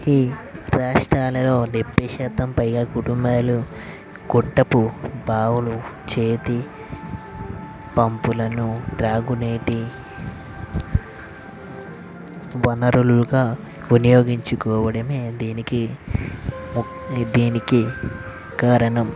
ఈ రాష్ట్రాలలో డెభై శాతం పైగా కుటుంబాలు గొట్టపు బావులు చేతి పంపులను త్రాగునీటి వనరులుగా వినియోగించుకోవడమే దీనికి ము దీనికి కారణం